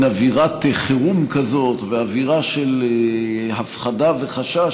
אווירת חירום כזאת ואווירה של הפחדה וחשש,